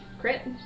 Crit